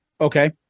Okay